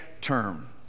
term